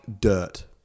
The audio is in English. dirt